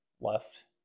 left